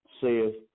saith